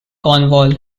cornwall